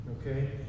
Okay